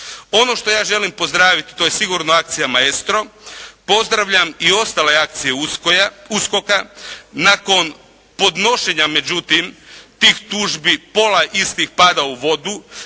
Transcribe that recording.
Ono što ja želim pozdraviti, to je sigurno akcija "Maestro", pozdravljam i ostale akcije USKOK-a nakon podnošenja međutim tih tužbi pola istih pada u vodu,